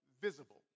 visible